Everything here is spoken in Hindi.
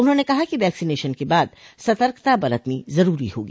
उन्होंने कहा कि वैक्सीनेशन के बाद सतर्कता बरतनी जरूरी होगी